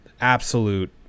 absolute